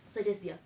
so just diam